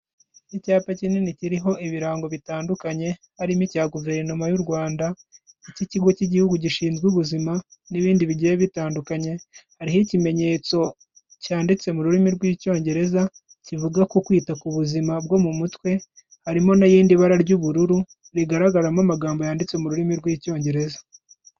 Icyapa kinini kiriho ibirango bitandukanye, harimo icya Guverinoma y'u Rwanda, icy'Ikigo cy'Igihugu gishinzwe Ubuzima, n'ibindi bigiye bitandukanye, hariho ikimenyetso cyanditse mu rurimi rw'Icyongereza, kivuga ku kwita ku buzima bwo mu mutwe, harimo n'irindi bara ry'ubururu rigaragaramo amagambo yanditse mu rurimi rw'Icyongereza.